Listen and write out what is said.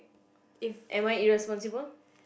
if